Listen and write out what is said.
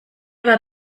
bat